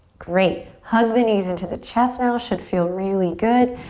great, hug the knees into the chest now. should feel really good.